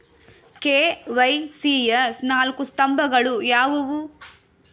KYC ಯ ನಾಲ್ಕು ಸ್ತಂಭಗಳು ಯಾವುವು?